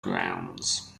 grounds